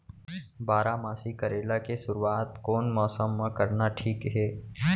बारामासी करेला के शुरुवात कोन मौसम मा करना ठीक हे?